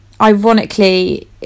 ironically